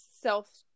self